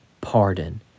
pardon